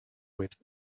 with